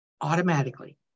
automatically